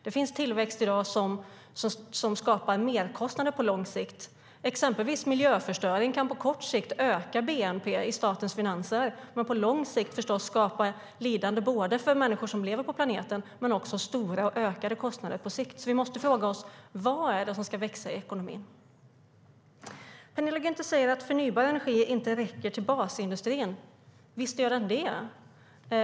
Det finns tillväxt i dag som skapar merkostnader på lång sikt. Exempelvis kan miljöförstöring på kort sikt öka bnp i statens finanser men på lång sikt, förstås, skapa lidande för människor som lever på planeten men också stora och ökade kostnader. Vi måste fråga oss: Vad är det som ska växa i ekonomin? Penilla Gunther säger att förnybar energi inte räcker till basindustrin. Visst gör den det!